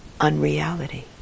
unreality